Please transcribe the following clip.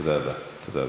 תודה רבה, תודה רבה.